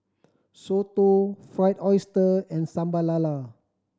soto Fried Oyster and Sambal Lala